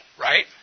right